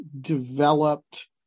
developed